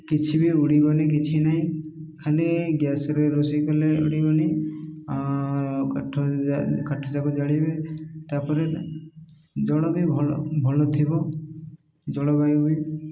କିଛି ବି ଉଡ଼ିବନି କିଛି ନାହିଁ ଖାଲି ଗ୍ୟାସ୍ରେ ରୋଷେଇ କଲେ ଉଡ଼ିବନି ଆଉ କାଠ କାଠଯାକ ଜାଳିବେ ତା'ପରେ ଜଳ ବି ଭଲ ଭଲ ଥିବ ଜଳବାୟୁ ବି